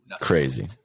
crazy